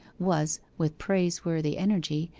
was, with praiseworthy energy,